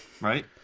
Right